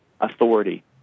authority